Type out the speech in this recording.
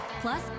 Plus